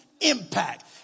impact